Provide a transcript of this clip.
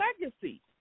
legacy